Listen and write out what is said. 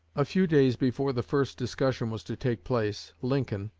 a few days before the first discussion was to take place, lincoln,